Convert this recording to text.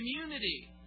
community